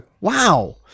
wow